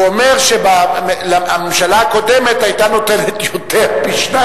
הוא אומר שהממשלה הקודמת היתה נותנת פי-שניים.